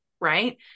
Right